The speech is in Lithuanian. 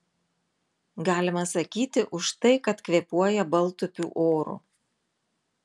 galima sakyti už tai kad kvėpuoja baltupių oru